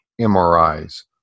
MRIs